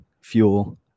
fuel